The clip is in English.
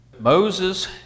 Moses